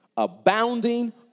Abounding